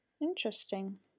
interesting